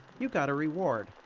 you got a reward.